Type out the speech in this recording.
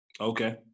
Okay